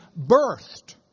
birthed